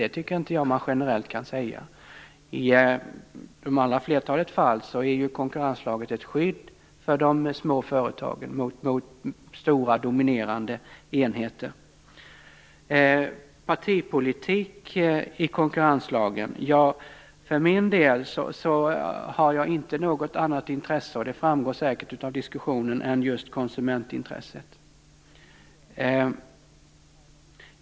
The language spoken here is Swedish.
Det tycker inte jag att man kan säga generellt. I flertalet fall är ju konkurrenslagen ett skydd för de små företagen mot stora dominerande enheter. När det gäller partipolitik i konkurrenslagen vill jag säga att jag för min del inte har något annat intresse, det framgår säkert av diskussionen, än just konsumentintresset.